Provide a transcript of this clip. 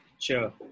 sure